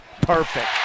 Perfect